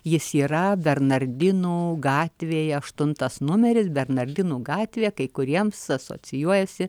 jis yra bernardinų gatvėje aštuntas numeris bernardinų gatvė kai kuriems asocijuojasi